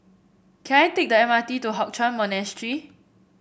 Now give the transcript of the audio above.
can I take the M R T to Hock Chuan Monastery